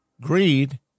greed